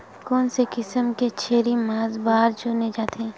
कोन से किसम के छेरी मांस बार चुने जाथे?